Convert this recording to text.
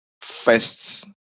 first